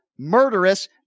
Murderous